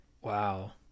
Wow